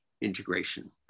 integration